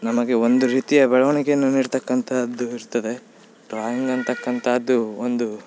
ನಮಗೆ ಒಂದು ರೀತಿಯ ಬೆಳವಣಿಗೆಯನ್ನು ನೀಡ್ತಕ್ಕಂತಹದ್ದು ಇರ್ತದೆ ಡ್ರಾಯಿಂಗ್ ಅಂತಕ್ಕಂಥದ್ದು ಒಂದು